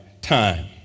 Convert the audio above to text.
time